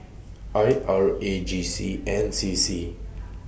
I R A G C and C C